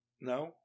No